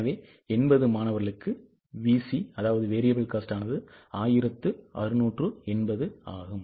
எனவே 80 மாணவர்களுக்கு VC ஆனது 1680 ஆகும்